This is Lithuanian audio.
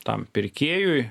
tam pirkėjui